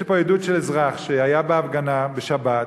יש לי פה עדות של אזרח שהיה בהפגנה בשבת,